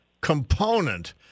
component